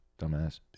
Dumbass